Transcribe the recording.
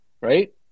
right